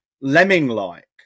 lemming-like